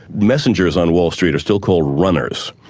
messengers on wall street are still called runners,